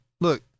Look